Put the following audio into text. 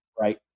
Right